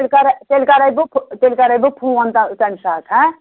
تیٚلہِ کَرے تیٚلہِ کَرے بہٕ تیٚلہِ کَرے بہٕ فون تَمہِ ساتہٕ